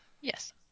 Yes